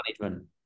management